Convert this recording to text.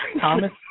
Thomas